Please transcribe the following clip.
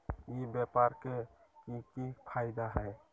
ई व्यापार के की की फायदा है?